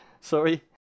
Sorry